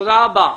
תודה רבה.